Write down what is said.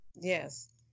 Yes